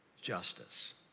Justice